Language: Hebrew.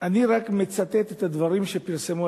אני רק מצטט את הדברים שפרסמו,